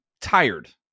tired